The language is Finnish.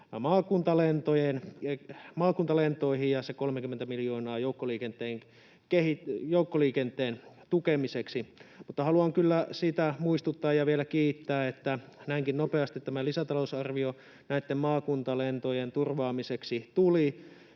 maakuntalentoihin ja se 30 miljoonaa joukkoliikenteen tukemiseksi. Haluan vielä kiittää, että näinkin nopeasti tämä lisätalousarvio näitten maakuntalentojen turvaamiseksi tuli.